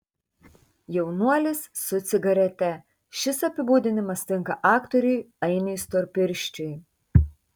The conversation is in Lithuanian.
jaunuolis su cigarete šis apibūdinimas tinka aktoriui ainiui storpirščiui